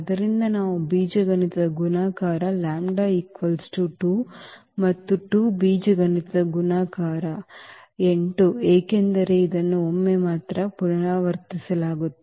ಆದ್ದರಿಂದ ನಾನು ಬೀಜಗಣಿತದ ಗುಣಾಕಾರ λ 2 ಮತ್ತು 2 ಬೀಜಗಣಿತದ ಗುಣಾಕಾರ 8 ಏಕೆಂದರೆ ಇದನ್ನು ಒಮ್ಮೆ ಮಾತ್ರ ಪುನರಾವರ್ತಿಸಲಾಗುತ್ತದೆ